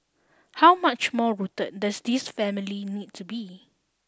how much more rooted does this family need to be